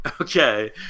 Okay